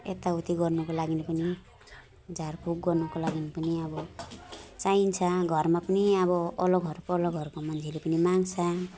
यता उति गर्नुको लागि पनि झारफुक गर्नुको लागि पनि चाहिन्छ घरमा पनि अब वल्लो घर पल्लो घरको मान्छेले पनि माग्छ